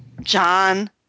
John